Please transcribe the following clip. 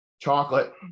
Chocolate